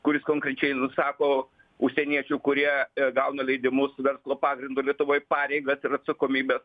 kuris konkrečiai nusako užsieniečių kurie gauna leidimus verslo pagrindu lietuvoj pareigas ir atsakomybes